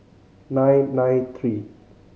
nine nine three